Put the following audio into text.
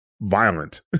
violent